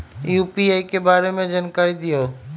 UPI के बारे में जानकारी दियौ?